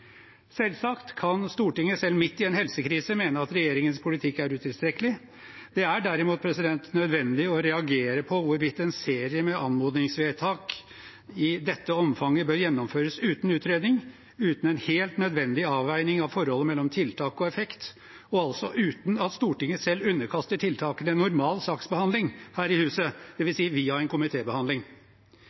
Selvsagt kan Stortinget selv midt i en helsekrise mene at regjeringens politikk er utilstrekkelig. Det er derimot nødvendig å reagere på hvorvidt en serie med anmodningsvedtak i dette omfanget bør gjennomføres uten utredning, uten en helt nødvendig avveining av forholdet mellom tiltak og effekt og altså uten at Stortinget selv underkaster tiltakene normal saksbehandling her i huset, det vil si via en